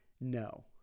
no